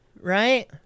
Right